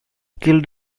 killed